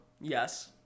Yes